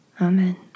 Amen